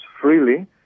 freely